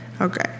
Okay